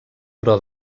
però